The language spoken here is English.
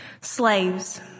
Slaves